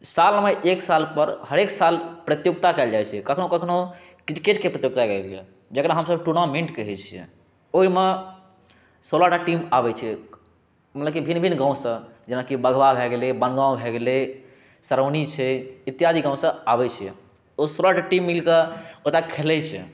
सालमे एक सालपर हरेक साल प्रतियोगिता कएल जाए छै कखनहुँ कखनहुँ किरकेटके प्रतियोगिता कएल गेलैए जकरा हमसब टूर्नामेन्ट कहै छिए ओहिमे सोलह टा टीम आबै छै मनेकि भिन्न भिन्न गामसँ जेनाकि बघवा भऽ गेलै बनगाँव भऽ गेलै सरौनी छै इत्यादि गामसँ आबै छै ओ सोलह टा टीम मिलिके ओतऽ खेलै छै